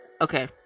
Okay